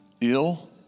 ill